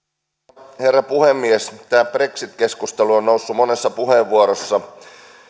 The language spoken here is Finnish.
arvoisa herra puhemies tämä brexit keskustelu on noussut monessa puheenvuorossa